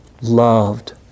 loved